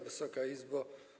Wysoka Izbo!